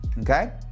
okay